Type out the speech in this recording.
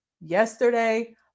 yesterday